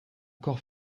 corps